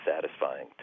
satisfying